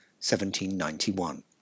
1791